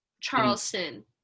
Charleston